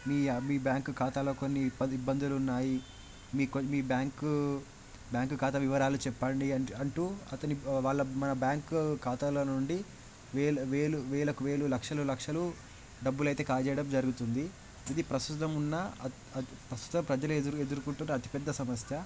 మీ మీ బ్యాంక్ ఖాతాలో కొన్ని ఇబ్బంది ఇబ్బందులున్నాయి మీ కొ మీ బ్యాంకు బ్యాంక్ ఖాతా వివరాలు చెప్పండి అంట్ అంటూ అతని వాళ్ళ మన బ్యాంకు ఖాతాలో నుండి వేల వేలు వేలకు వేలు లక్షలు లక్షలు డబ్బులయితే కాజేయడం జరుగుతుంది ఇది ప్రస్తుతం ఉన్న అత్ అత్ ప్రస్తుత ప్రజలు ఎదురు ఎదురుకుంటున్న అతిపెద్ద సమస్య